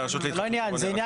זה עניין